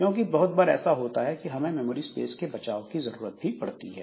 क्योंकि बहुत बार ऐसा होता है कि हमें मेमोरी स्पेस के बचाव की जरूरत पड़ती है